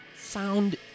Sound